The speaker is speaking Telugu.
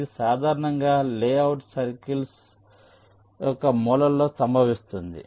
ఇది సాధారణంగా లేఅవుట్ సర్కిల్స్ యొక్క మూలల్లో సంభవిస్తుంది